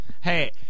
Hey